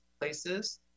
places